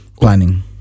Planning